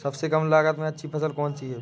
सबसे कम लागत में अच्छी फसल कौन सी है?